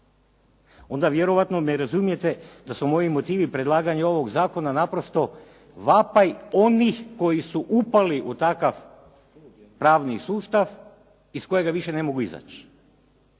onda vjerojatno me razumijete da su moji motivi predlaganja ovog zakona naprosto vapaj onih koji su upali u takav pravni sustav iz kojega više ne mogu izaći.